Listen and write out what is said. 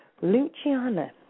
Luciana